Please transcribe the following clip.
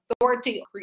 authority